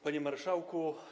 Panie Marszałku!